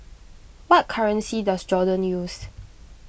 what currency does Jordan use